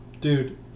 dude